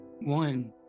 One